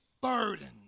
burden